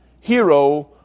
Hero